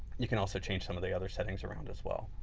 you can also change some of the other settings around as well